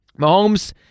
Mahomes